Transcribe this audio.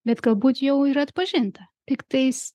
bet galbūt jau ir atpažinta tiktais